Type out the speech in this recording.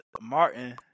Martin